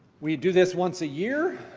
we do this once a year,